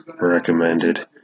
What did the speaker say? recommended